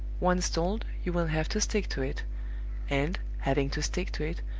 once told, you will have to stick to it and, having to stick to it,